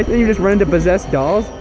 you just ran into possessed dolls.